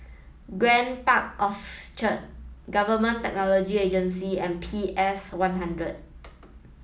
Grand Park Orchard Government Technology Agency and C M P S one hundred